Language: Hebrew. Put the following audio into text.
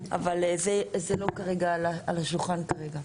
אבל זה לא על השולחן כרגע.